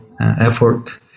Effort